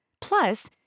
Plus